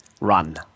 Run